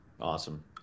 awesome